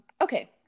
okay